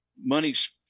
money's